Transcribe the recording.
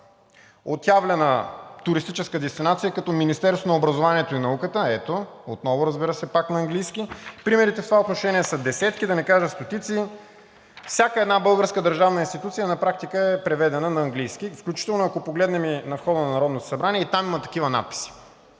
представител Костадин Костадинов показва документ) отново, разбира се, пак на английски. Примерите в това отношение са десетки, да не кажа стотици. Всяка една българска държавна институция на практика е преведена на английски, включително ако погледнем и входа на Народното събрание и там има такива надписи.